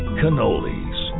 cannolis